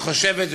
היא חושבת,